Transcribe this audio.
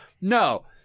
No